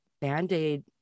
Band-Aid